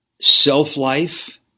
self-life